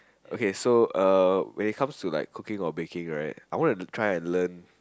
okay so uh when it comes to like cooking or baking right I want to try and learn